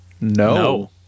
no